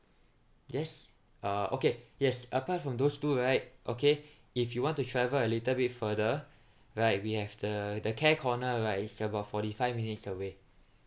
yes uh okay yes apart from those two right okay if you want to travel a little bit further right we have the the care corner right is about forty five minutes away